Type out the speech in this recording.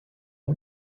wie